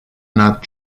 not